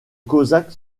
cosaques